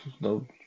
No